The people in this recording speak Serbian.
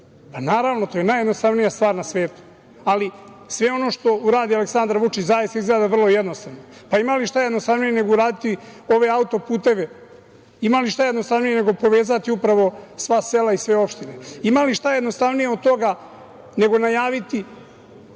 Pa, naravno, to je najjednostavnija stvar na svetu. Ali, sve ono što uradi Aleksandar Vučić zaista izgleda vrlo jednostavno. Pa, ima li šta jednostavnije nego uraditi ove auto-puteve? Ima li šta jednostavnije nego povezati upravo sva sela i sve opštine? Ima li šta jednostavnije od toga nego najaviti